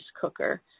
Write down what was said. cooker